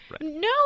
No